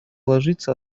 ложится